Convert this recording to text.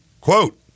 quote